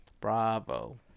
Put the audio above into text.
bravo